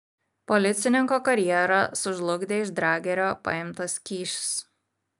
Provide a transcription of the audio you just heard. policininko karjerą sužlugdė iš dragerio paimtas kyšis